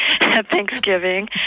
thanksgiving